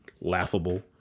laughable